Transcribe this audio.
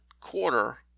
quarter